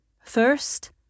First